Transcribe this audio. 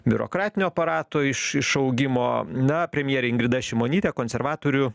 biurokratinio aparato iš išaugimo na premjerė ingrida šimonytė konservatorių